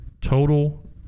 total